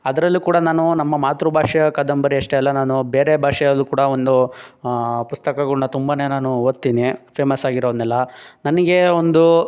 ಅದರಲ್ಲೂ ಕೂಡ ನಾನು ನಮ್ಮ ಮಾತೃಭಾಷೆಯ ಕಾದಂಬರಿ ಅಷ್ಟೇ ಅಲ್ಲ ನಾನು ಬೇರೆ ಭಾಷೆಯಲ್ಲೂ ಕೂಡ ಒಂದೂ ಪುಸ್ತಕಗಳನ್ನ ತುಂಬನೇ ನಾನು ಓದ್ತೀನಿ ಫೇಮಸ್ ಆಗಿರೋದನ್ನೆಲ್ಲ ನನಗೆ ಒಂದೂ